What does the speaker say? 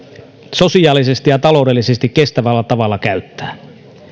sosiaalisesti ja taloudellisesti kestävällä tavalla käyttää